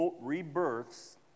rebirths